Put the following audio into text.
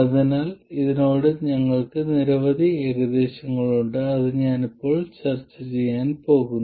അതിനാൽ ഇതിനോട് ഞങ്ങൾക്ക് നിരവധി ഏകദേശങ്ങളുണ്ട് അത് ഞാൻ ഇപ്പോൾ ചർച്ച ചെയ്യാൻ പോകുന്നു